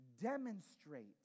demonstrate